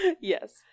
Yes